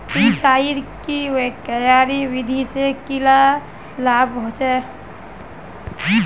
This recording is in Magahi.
सिंचाईर की क्यारी विधि से की लाभ होचे?